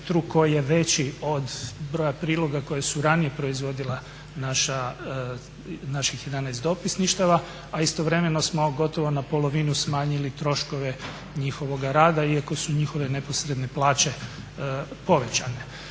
je veći od broja priloga koje su ranije proizvodila naših 11 dopisništava, a istovremeno smo gotovo na polovinu smanjili troškove njihovoga rada iako su njihove neposredne plaće povećane.